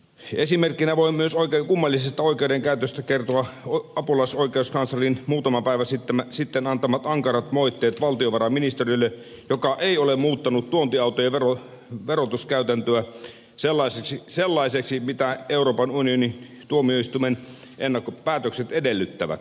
esimerkkinä kummallisesta oikeudenkäytöstä voin myös kertoa apulaisoikeuskanslerin muutama päivä sitten antamat ankarat moitteet valtiovarainministeriölle joka ei ole muuttanut tuontiautojen verotuskäytäntöä sellaiseksi kuin euroopan unionin tuomioistuimen ennakkopäätökset edellyttävät